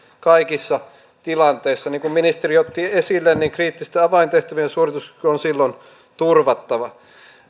kaikissa tilanteissa niin kuin ministeri otti esille niin kriittisten avaintehtävien suorituskyky on silloin turvattava